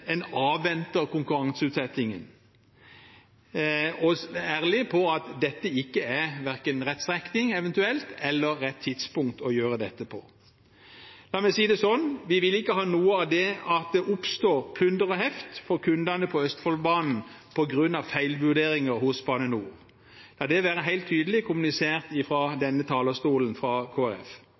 en avventer konkurranseutsettingen og er ærlig på at dette eventuelt ikke er verken rett strekning eller rett tidspunkt å gjøre dette på. La meg si det slik: Vi vil ikke ha noe av at det oppstår plunder og heft for kundene på Østfoldbanen på grunn av feilvurderinger hos Bane NOR. La det være helt tydelig kommunisert fra Kristelig Folkeparti fra denne talerstolen.